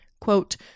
quote